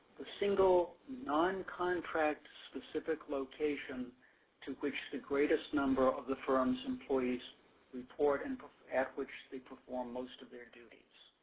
the single, non-contract specific location to which the greatest number of the firms employees report and at which they perform most of their duties.